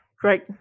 Great